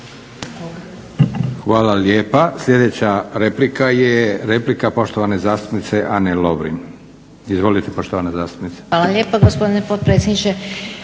Hvala lijepa. Sljedeća replika je replika poštovane zastupnice Ane Lovrin. Izvolite poštovana zastupnice. **Lovrin, Ana (HDZ)** Hvala lijepa gospodine potpredsjedniče.